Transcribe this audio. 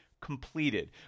completed